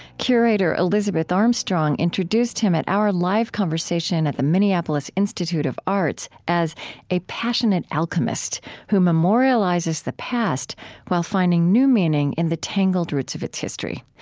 curator elizabeth armstrong introduced him at our live conversation at the minneapolis institute of arts as a a passionate alchemist who memorializes the past while finding new meaning in the tangled roots of its history.